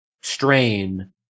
strain